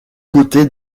côtés